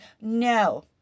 No